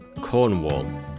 Cornwall